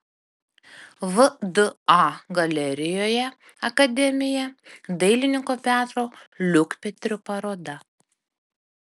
vda galerijoje akademija dailininko petro liukpetrio paroda